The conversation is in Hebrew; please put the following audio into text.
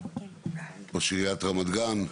ראש עיריית רמת גן,